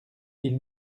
ils